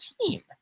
team